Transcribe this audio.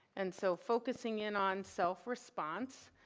and so focusing in on self response.